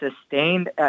sustained